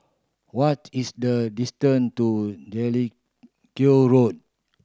what is the distance to Jellicoe Road